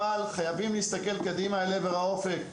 אבל חייבים להסתכל קדימה אל עבר האופק,